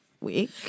week